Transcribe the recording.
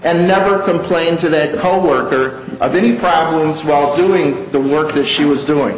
and never complained to that coworker of any problems while doing the work that she was doing